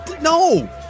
No